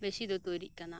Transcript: ᱵᱮᱥᱤ ᱫᱚ ᱛᱚᱭᱨᱤᱜ ᱠᱟᱱᱟ